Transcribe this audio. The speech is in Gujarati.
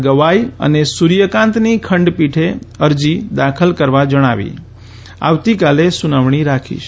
ગવાઇ અને સૂર્યકાંતની ખંડપીઠે અરજી દાખલ કરવા જણાવી આવતીકાલે સુનાવણી રાખી છે